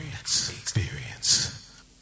experience